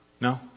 no